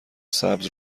سبز